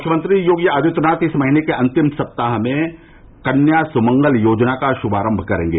मुख्यमंत्री योगी आदित्यनाथ इस महीने के अन्तिम सप्ताह में कन्या सुमंगला योजना का शुभारम्भ करेंगे